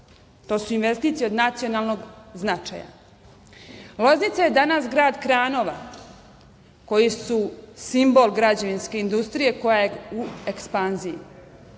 to su investicije od nacionalnog značaja. Loznica je danas grad kranova, koji su simbol građevinske industrije koja je u ekspanziji.